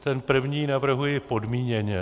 Ten první navrhuji podmíněně.